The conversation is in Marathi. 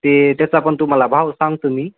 ते त्याचा पण तुम्हाला भाव सांगतो मी